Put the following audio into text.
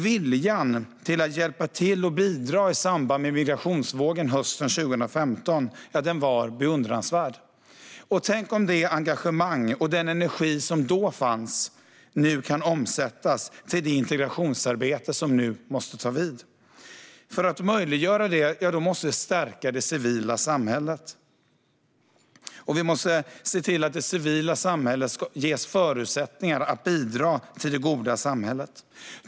Viljan att hjälpa till och bidra i samband med migrationsvågen hösten 2015 var beundransvärd. Tänk om det engagemang och den energi som då fanns kan omsättas i det integrationsarbete som nu måste ta vid. För att göra det möjligt måste det civila samhället stärkas. Vi måste se till att det civila samhället ges förutsättningar att bidra till det goda samhället.